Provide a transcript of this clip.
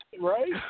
right